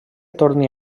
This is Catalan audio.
torni